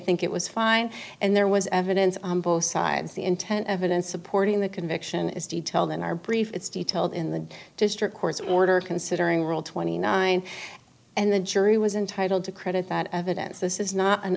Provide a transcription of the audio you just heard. think it was fine and there was evidence on both sides the intent evidence supporting the conviction is detail than are brief it's detailed in the district court's order considering rule twenty nine and the jury was entitled to credit that evidence this is not an